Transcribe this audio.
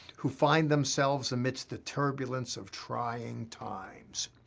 who find themselves amidst the turbulence of trying times.